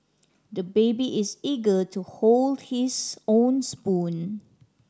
the baby is eager to hold his own spoon